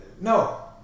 no